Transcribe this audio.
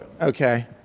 Okay